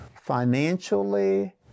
financially